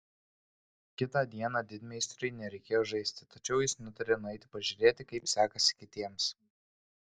kitą dieną didmeistriui nereikėjo žaisti tačiau jis nutarė nueiti pažiūrėti kaip sekasi kitiems